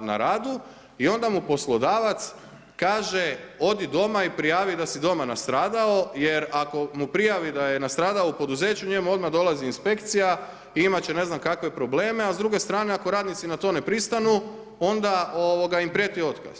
na radu i onda mu poslodavac kaže odi doma i prijavi da si doma nastradao jer ako mu prijavi da je nastradao u poduzeću njemu odmah dolazi inspekcija i imat će ne znam kakve probleme, a s druge strane ako radnici na to ne pristanu onda im prijeti otkaz.